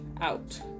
out